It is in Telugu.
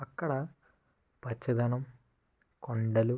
అక్కడ పచ్చదనం కొండలు